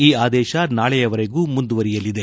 ಈ ಆದೇಶ ನಾಳೆಯವರೆಗೂ ಮುಂದುವರೆಯಲಿದೆ